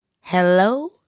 Hello